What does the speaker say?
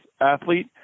athlete